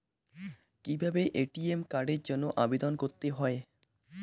কিভাবে এ.টি.এম কার্ডের জন্য আবেদন করতে হয়?